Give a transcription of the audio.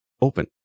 open